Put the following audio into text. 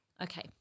okay